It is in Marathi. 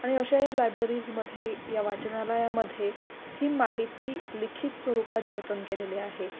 आणि अशा या लायब्ररीजमध्ये या वाचनालयामध्ये ही माहिती लिखित स्वरूपात जतन केलेली आहे